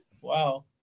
Wow